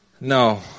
No